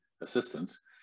assistance